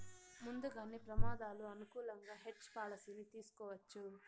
ముందుగానే ప్రమాదాలు అనుకూలంగా హెడ్జ్ పాలసీని తీసుకోవచ్చు